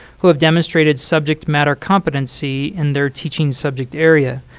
who have demonstrated subject matter competency in their teaching subject area.